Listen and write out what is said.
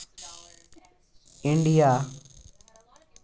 India